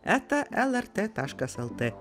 eta lrt taškas lt